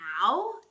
now